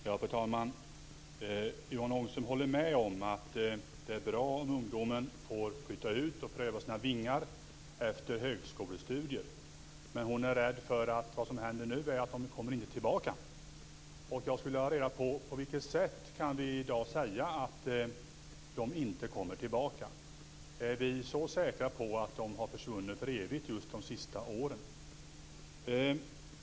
Fru talman! Yvonne Ångström håller med om att det är bra att ungdomen får flytta efter högskolestudierna och pröva sina vingar. Men hon är rädd för att de inte kommer tillbaka. Jag skulle vilja veta på vilket sätt vi kan säga att de inte kommer tillbaka. Är vi så säkra på att de under de senaste åren har försvunnit för evigt?